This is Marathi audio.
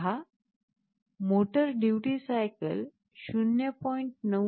आपण येथे पहा मोटर ड्युटी सायकल 0